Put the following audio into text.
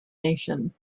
nation